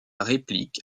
réplique